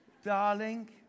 Darling